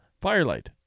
Firelight